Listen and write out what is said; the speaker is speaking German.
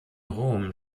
rom